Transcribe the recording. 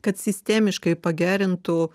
kad sistemiškai pagerintų